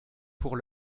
pour